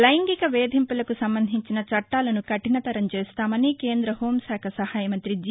లైంగిక వేధింపులకు సంబంధించిన చట్టాలను కఠినతరం చేస్తామని కేంద్ర హెూంశాఖ సహాయ మంత్రి జి